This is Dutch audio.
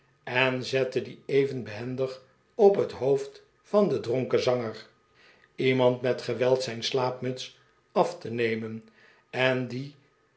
zette die even behendig op het hoofd van den dronken zanger lemand met geweld zijn slaapmuts af te nemen eh die